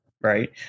Right